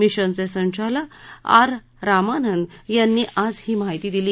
मिशनचे संचालक आर रामानन यांनी आज ही माहिती दिली